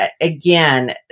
again